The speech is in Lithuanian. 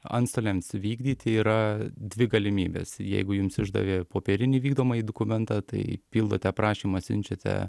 antstoliams vykdyti yra dvi galimybės jeigu jums išdavė popierinį vykdomąjį dokumentą tai pildote prašymą siunčiate